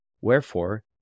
Wherefore